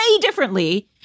differently